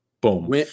Boom